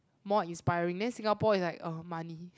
more inspiring then Singapore is like (uh huh) money